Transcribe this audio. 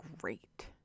great